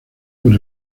por